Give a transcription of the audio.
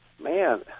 man